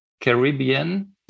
Caribbean